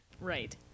Right